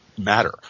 matter